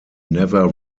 never